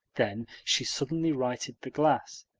then she suddenly righted the glass.